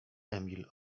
emil